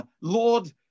Lord